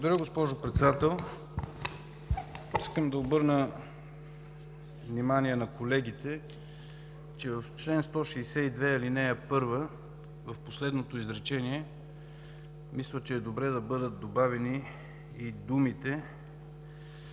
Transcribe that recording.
Благодаря, госпожо Председател. Искам да обърна внимание на колегите, че в чл. 162, ал. 1, в последното изречение мисля, че е добре да бъдат добавени и думите